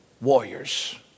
warriors